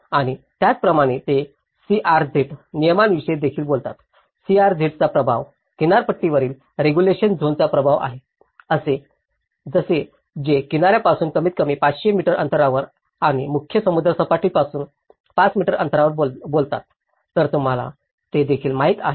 आणि त्याचप्रमाणे ते सीआरझेड नियमांविषयी देखील बोलतात सीआरझेड चा प्रभाव किनारपट्टीवरील रेग्युलेशन झोनचा प्रभाव आहे जसे ते किनाऱ्या पासून कमीतकमी 500 मीटर अंतरावर आणि मुख्य समुद्र सपाटीपासून 5 मीटर अंतरावर बोलतात तर तुम्हाला ते देखील माहित आहे